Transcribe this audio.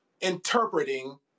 interpreting